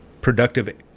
productive